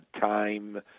time